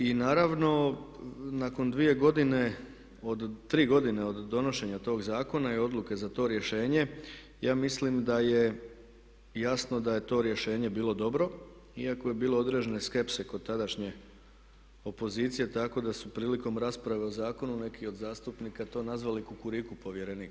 I naravno, nakon dvije godine od tri godine od donošenja tog zakona i odluke za to rješenje ja mislim da je jasno da je to rješenje bilo dobro iako je bilo određene skepse kod tadašnje opozicije tako da su prilikom rasprave o zakonu neki od zastupnika to nazvali kukuriku povjerenik.